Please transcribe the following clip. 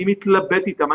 אני מתלבט אתם,